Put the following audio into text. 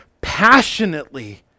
passionately